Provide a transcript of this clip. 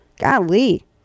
Golly